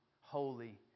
Holy